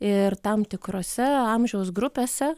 ir tam tikrose amžiaus grupėse